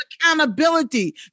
accountability